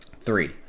Three